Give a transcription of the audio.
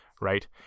right